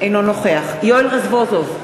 אינו נוכח יואל רזבוזוב,